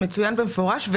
זה מצוין במפורש בצו הירושה,